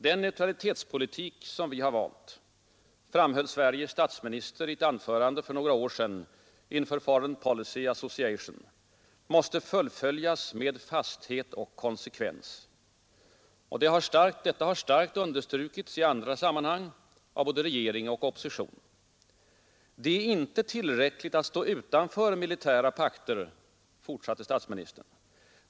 Den neutralitetspolitik som vi har valt — framhöll Sveriges statsminister i ett anförande för några år sedan inför Foreign Policy Association — ”måste fullföljas med fasthet och konsekvens”. Detta har starkt understrukits även i andra sammanhang av både regering och opposition. ”Det är inte tillräckligt att stå utanför militära pakter”, fortsatte statsministern.